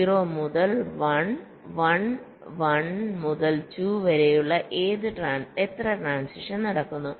0 മുതൽ 1 1 1 മുതൽ 2 വരെയുള്ള എത്ര ട്രാന്സിഷൻസ് നടക്കുന്നു